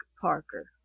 Parker